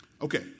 Okay